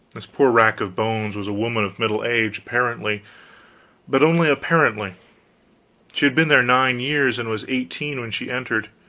this poor rack of bones was a woman of middle age, apparently but only apparently she had been there nine years, and was eighteen when she entered.